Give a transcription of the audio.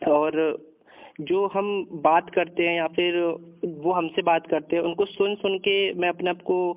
और जो हम बात करते हैं या फिर वो हम से बात करते हैं उनको सुन सुन कर मैं अपने आप को